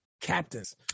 captains